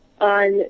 on